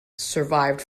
survived